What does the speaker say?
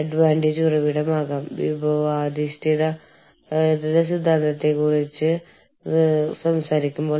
അവർ പറയും നിങ്ങൾ അത് നിങ്ങളുടെ സമയത്തിൽ ബജറ്റ് ചെയ്യുക നിങ്ങളുടെ വീട്ടിൽ നിന്ന് രണ്ട് മണിക്കൂർ നേരത്തെ ഇറങ്ങുക